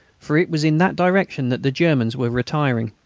for it was in that direction that the germans were retiring.